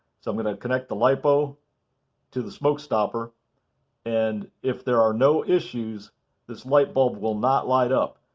so i'm going to connect the lipo to the smoke stopper and if there are no issues this light bulb will not light up.